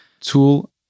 tool